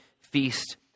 feast